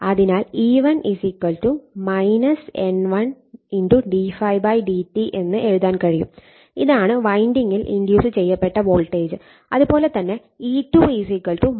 അതിനാൽ E1 N1 d∅ dt എന്ന് എഴുതാൻ കഴിയും ഇതാണ് വൈൻഡിങ്ങിൽ ഇൻഡ്യൂസ് ചെയ്യപ്പെട്ട വോൾട്ടേജ് അതുപോലെ തന്നെ E2 N2 d∅ dt എന്നും ആണ്